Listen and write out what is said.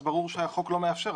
אז ברור שהחוק לא מאפשר,